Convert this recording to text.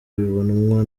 bibonwa